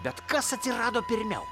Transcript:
bet kas atsirado pirmiau